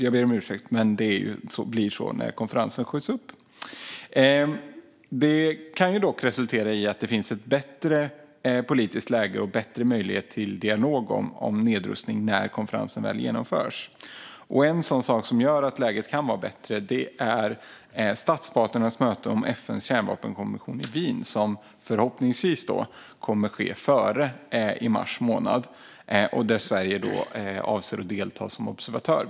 Jag ber om ursäkt, men det blir så när konferensen skjuts upp. Det kan dock resultera i att det finns ett bättre politiskt läge och en bättre möjlighet till dialog om nedrustning när konferensen väl genomförs. En sådan sak som gör att läget kan vara bättre är statsparternas möte om FN:s kärnvapenkonvention i Wien som förhoppningsvis kommer att ske före konferensen, i mars månad, där Sverige avser att delta som observatör.